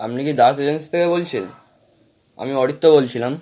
আপনি কি দাস এজেন্সি থেকে বলছেন আমি অরিত্র বলছিলাম